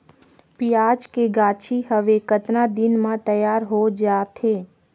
पियाज के गाछी हवे कतना दिन म तैयार हों जा थे?